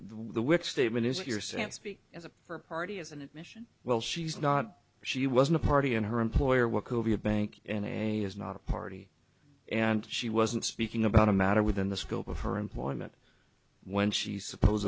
work statement is hearsay and speak as a for a party as an admission well she's not she wasn't a party and her employer work over a bank and a is not a party and she wasn't speaking about a matter within the scope of her employment when she supposed